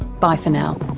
bye for now